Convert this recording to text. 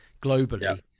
Globally